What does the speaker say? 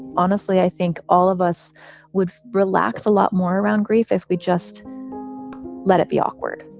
honestly, i think all of us would relax a lot more around grief if we just let it be awkward.